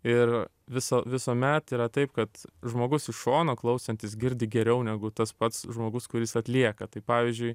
ir viso visuomet yra taip kad žmogus iš šono klausantis girdi geriau negu tas pats žmogus kuris atlieka tai pavyzdžiui